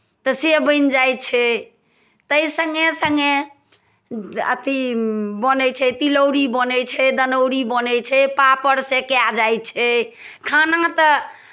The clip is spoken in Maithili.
तऽ से बनि जाइ छै ताहि सङ्गे सङ्गे अथि बनै छै तिलौरी बनै छै दनौरी बनै छै पापड़ सेकाए जाइ छै खाना तऽ